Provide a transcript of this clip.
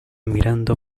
mirando